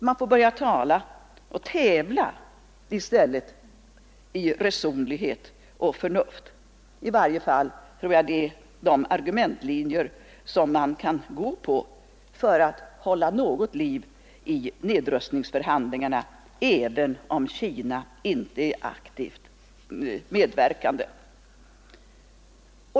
Man bör i stället tävla i resonlighet och förnuft. I varje fall tror jag det är de argumentlinjer som man kan gå på för att hålla något liv i nedrustningsförhandlingarna, även om Kina inte är aktivt medverkande.